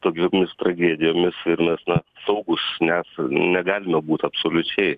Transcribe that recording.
tokiomis tragedijomis ir mes na saugūs nesa negalime būt absoliučiai